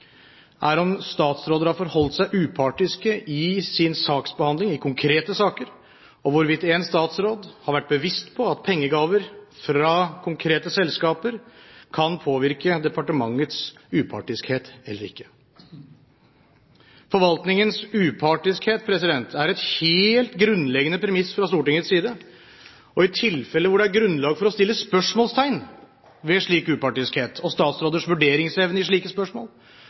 er om statsråder har forholdt seg upartiske i sin saksbehandling i konkrete saker, og hvorvidt en statsråd har vært bevisst på at pengegaver fra konkrete selskaper kan påvirke departementets upartiskhet eller ikke. Forvaltningens upartiskhet er et helt grunnleggende premiss fra Stortingets side. I tilfeller hvor det er grunnlag for å stille spørsmål ved slik upartiskhet og statsråders vurderingsevne i slike spørsmål,